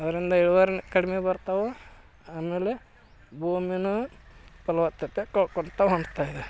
ಅದರಿಂದ ಇಳುವರಿಯೂ ಕಡಿಮೆ ಬರ್ತವೆ ಆಮೇಲೆ ಭೂಮಿಯೂ ಫಲವತ್ತತೆ ಕಳ್ಕೊತ ಹೊಂತಯಿದೆ